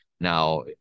Now